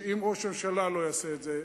שאם ראש הממשלה לא יעשה את זה,